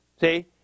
See